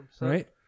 right